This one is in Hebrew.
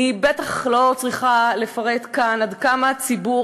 אני בטח לא צריכה לפרט כאן עד כמה ציבור